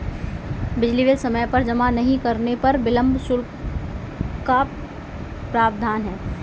बिजली बिल समय पर जमा नहीं करने पर विलम्ब शुल्क का प्रावधान है